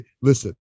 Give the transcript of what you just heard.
listen